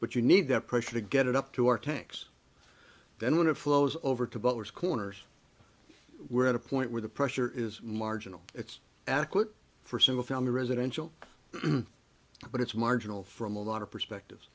but you need that pressure to get it up to our tanks then when it flows over to butler's corners we're at a point where the pressure is marginal it's adequate for single family residential but it's marginal from a lot of perspective